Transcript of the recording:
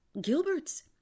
Gilberts